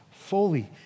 fully